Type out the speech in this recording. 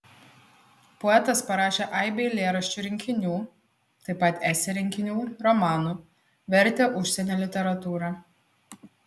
poetas parašė aibę eilėraščių rinkinių taip pat esė rinkinių romanų vertė užsienio literatūrą